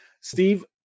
Steve